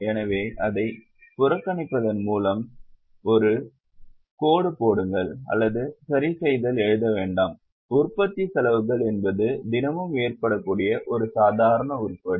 எனவே அதைப் புறக்கணிப்பதன் மூலம் ஒரு கோடு போடுங்கள் அல்லது சரிசெய்தல் எழுத வேண்டாம் உற்பத்தி செலவுகள் என்பது தினமும் ஏற்படக்கூடிய ஒரு சாதாரண உருப்படி